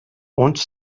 uns